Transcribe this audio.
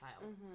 child